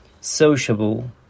sociable